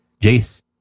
Jace